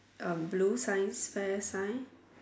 um blue science fair sign